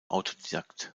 autodidakt